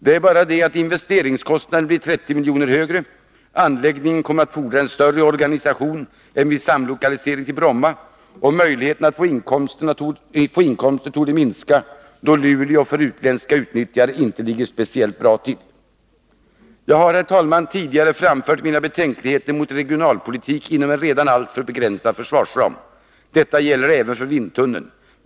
Det är bara det att investeringskostnaden blir 30 miljoner högre, att anläggningen kommer att fordra en större organisation än vid samlokalisering till Bromma och att möjligheterna till inkomster torde minska, då Luleå inte ligger speciellt bra till för utländska utnyttjare. Jag har tidigare framfört mina betänkligheter mot regionalpolitik inom en redan alltför begränsad försvarsram. Detta gäller även för vindtunneln.